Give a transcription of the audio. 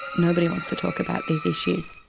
nobody wants to talk about these issues.